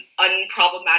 unproblematic